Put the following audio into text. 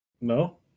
No